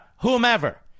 whomever